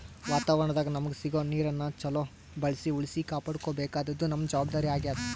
ವಾತಾವರಣದಾಗ್ ನಮಗ್ ಸಿಗೋ ನೀರನ್ನ ಚೊಲೋ ಬಳ್ಸಿ ಉಳ್ಸಿ ಕಾಪಾಡ್ಕೋಬೇಕಾದ್ದು ನಮ್ಮ್ ಜವಾಬ್ದಾರಿ ಆಗ್ಯಾದ್